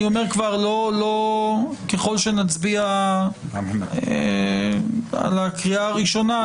וככל שנצביע בקריאה הראשונה,